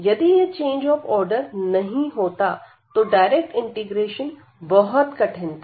यदि यह change of order नहीं होता तो डायरेक्ट इंटीग्रेशन बहुत कठिन था